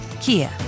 Kia